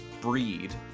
breed